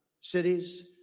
cities